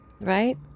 Right